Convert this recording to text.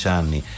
anni